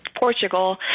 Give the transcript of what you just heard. Portugal